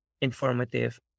informative